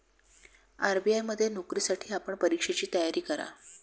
RBI मध्ये नोकरीसाठी आपण परीक्षेची तयारी करा